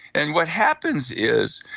and what happens is,